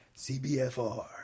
CBFR